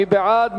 מי בעד?